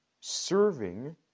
serving